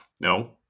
No